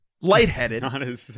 lightheaded